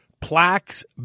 Plaques